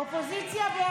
הסתייגות 624 לא נתקבלה.